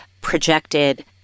projected